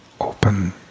open